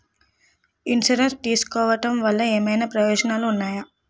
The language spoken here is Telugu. ఇన్సురెన్స్ తీసుకోవటం వల్ల ఏమైనా ప్రయోజనాలు ఉన్నాయా?